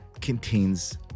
contains